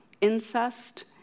incest